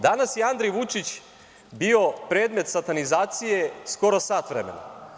Danas je Andrej Vučić bio predmet satanizacije skoro sat vremena.